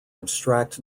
abstract